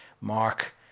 mark